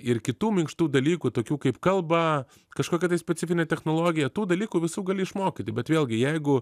ir kitų minkštų dalykų tokių kaip kalba kažkokia tai specifinė technologija tų dalykų visų gali išmokyti bet vėlgi jeigu